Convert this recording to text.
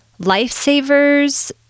Lifesavers